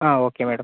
ആ okay madam